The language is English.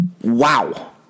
Wow